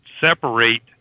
separate